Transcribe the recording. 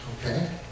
okay